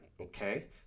okay